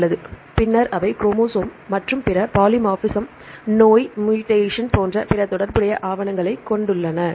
நல்லது பின்னர் அவை குரோமோசோம் மற்றும் பிற பாலிமார்பிசம் நோய் மூடேசன் போன்ற பிற தொடர்புடைய ஆவணங்களைக் கொண்டுள்ளன